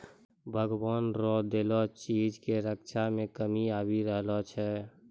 भगवान रो देलो चीज के रक्षा मे कमी आबी रहलो छै